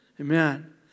Amen